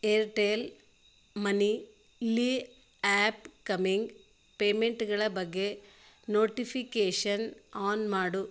Airtel ಮನಿಲಿ app coming ಪೇಮೆಂಟ್ಗಳ ಬಗ್ಗೆ ನೋಟಿಫಿಕೇಷನ್ ಆನ್ ಮಾಡು